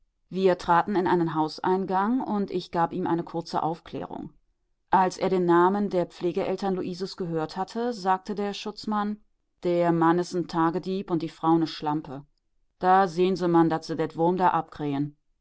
wir traten in einen hauseingang und ich gab ihm eine kurze aufklärung als er den namen der pflegeeltern luises gehört hatte sagte der schutzmann der mann is n tagedieb und die frau ne schlampe da sehen sie man daß sie det wurm da abkriejen